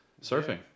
surfing